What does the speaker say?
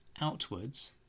outwards